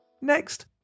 Next